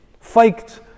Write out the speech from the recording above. faked